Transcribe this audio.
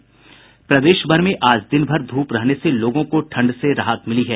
प्रदेश भर में आज दिन भर ध्रप रहने से लोगों को ठंड से राहत मिली है